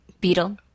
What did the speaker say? Beetle